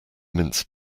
mince